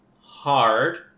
hard